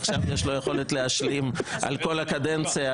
ועכשיו יש לו יכולת להשלים על כל הקדנציה,